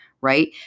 right